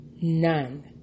none